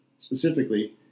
Specifically